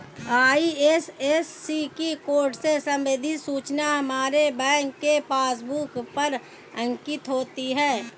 IFSC code से संबंधित सूचना हमारे बैंक के पासबुक पर अंकित होती है